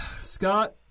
Scott